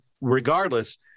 regardless